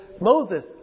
Moses